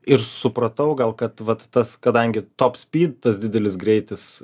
ir supratau gal kad vat tas kadangi top spyd tas didelis greitis